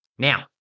Now